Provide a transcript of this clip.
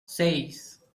seis